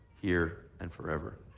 here and forever.